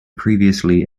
previously